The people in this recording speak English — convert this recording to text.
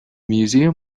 museum